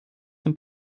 dem